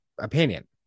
opinion